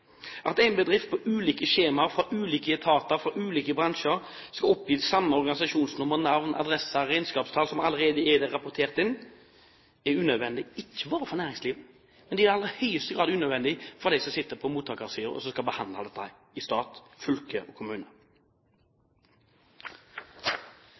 At én bedrift på ulike skjemaer, fra ulike etater, fra ulike bransjer, skal oppgi organisasjonsnummer, navn, adresse og regnskapstall som allerede er rapportert inn, er unødvendig, ikke bare for næringslivet, men i aller høyeste grad også for dem som sitter på mottakersiden og skal behandle dette, i stat, fylke og kommune.